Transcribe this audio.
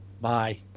Bye